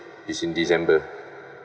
is in december